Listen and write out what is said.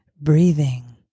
breathing